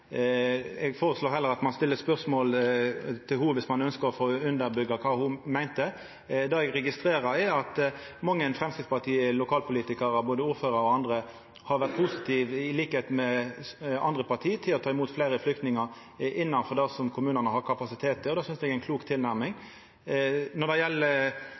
Eg føreslår heller at ein stiller spørsmålet til ho, om ein ønskjer å få utdjupa kva ho meinte. Det eg registrerer, er at mange framstegspartipolitikarar, både ordførarar og andre, har vore positive – på lik line med andre parti – til å ta imot fleire flyktningar innanfor det som kommunane har kapasitet til, og det synest eg er ei klok tilnærming. Når det gjeld